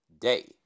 Day